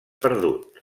perdut